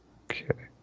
okay